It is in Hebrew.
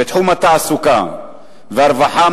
בתחום התעסוקה והרווחה,